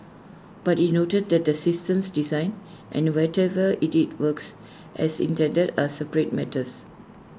but he noted that the system's design and whatever IT is works as intended are separate matters